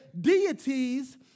deities